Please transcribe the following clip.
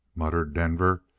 muttered denver.